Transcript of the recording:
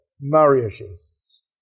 marriages